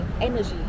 energy